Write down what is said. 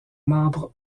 marbre